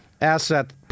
asset